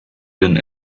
been